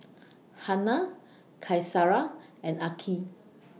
Hana Qaisara and Aqil